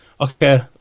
okay